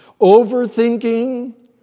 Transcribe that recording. Overthinking